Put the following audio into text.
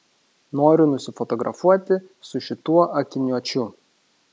noriu nusifotografuoti su šituo akiniuočiu